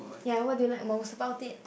ya what do you like most about it